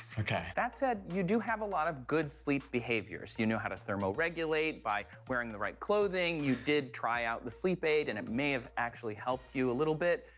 okay. that said, you do have a lot of good sleep behaviors. you know how to thermo-regulate by wearing the right clothing, you did try out the sleep aid and it may have actually helped you a little bit.